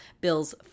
Bill's